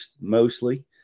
mostly